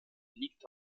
liegt